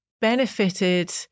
benefited